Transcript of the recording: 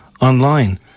online